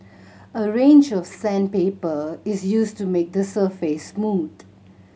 a range of sandpaper is used to make the surface smooth